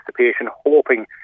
hoping